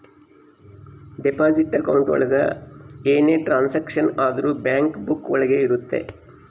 deposit account ಒಳಗ ಏನೇ transaction ಆದ್ರೂ ಬ್ಯಾಂಕ್ ಬುಕ್ಕ ಒಳಗ ಇರುತ್ತೆ